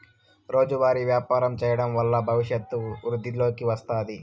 రోజువారీ వ్యాపారం చేయడం వల్ల భవిష్యత్తు వృద్ధిలోకి వస్తాది